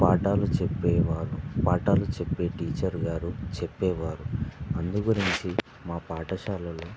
పాఠాలు చెప్పేవారు పాఠాలు చెప్పే టీచర్గారు చెప్పేవారు అందుగురించి మా పాఠశాలలో